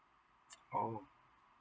how